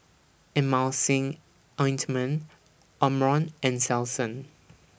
Emulsying Ointment Omron and Selsun